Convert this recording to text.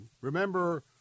remember